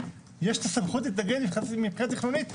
יש את הסמכות להתנגד מבחינה תכנונית.